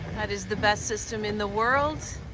that is the best system in the world.